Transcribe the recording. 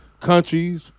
countries